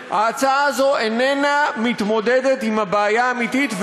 ההצעה הזאת איננה מתמודדת עם הבעיה האמיתית,